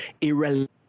irrelevant